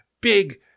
big